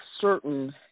certain